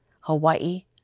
Hawaii